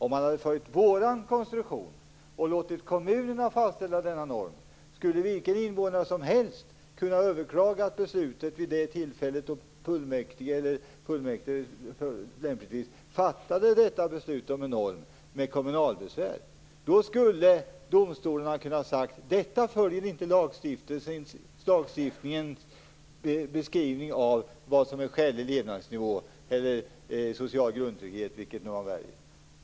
Om man hade följt vår konstruktion och låtit kommunerna fastställa den normen skulle vilken invånare som helst genom kommunalbesvär kunna överklaga beslutet vid det tillfälle då fullmäktige fattar detta beslut. Då skulle domstolarna ha kunnat säga: Detta följer inte lagstiftningens beskrivning av vad som är skälig levnadsnivå eller social grundtrygghet.